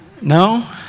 No